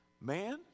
man